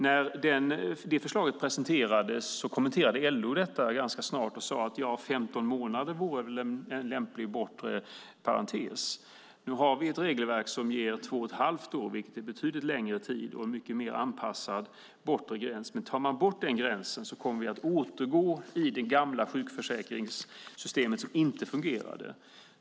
När förslaget presenterades kommenterade LO det med att säga att 15 månader vore en lämplig bortre parentes. Nu finns det ett regelverk som ger två och ett halvt år, vilket är betydligt längre tid och en mer anpassad bortre gräns. Om den gränsen tas bort kommer vi att återgå till det gamla sjukförsäkringssystemet som inte fungerade.